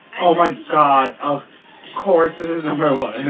oh my god! of course this is number one!